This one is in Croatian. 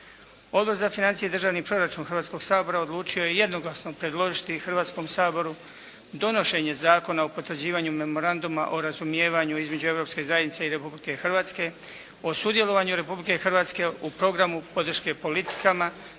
Odbor za financije i državni proračun Hrvatskoga sabora odlučio je jednoglasno predložiti Hrvatskom saboru donošenje Zakona o potvrđivanju Memoranduma o razumijevanju između Europske zajednice i Republike Hrvatske o sudjelovanju Republike Hrvatske u programu podrške politikama